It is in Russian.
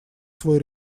свой